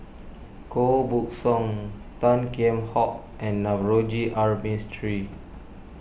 Koh Buck Song Tan Kheam Hock and Navroji R Mistri